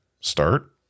start